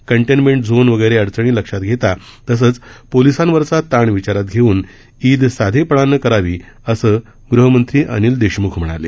containment zone वगैरे अडचणी लक्षात घेता तसंच पोलीसांवरचा ताण विचारात घेऊन ईद साधेपणानं करावी असं गृहमंत्री अनिल देशम्ख म्हणाले